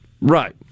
right